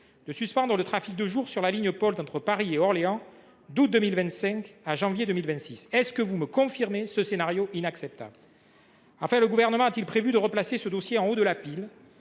de suspendre le trafic de jour sur la ligne Polt entre Paris et Orléans d’août 2025 à janvier 2026 : confirmez vous ce scénario inacceptable ? Enfin, le Gouvernement a t il prévu de replacer ce dossier en haut de la pile